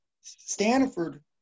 Stanford